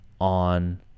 on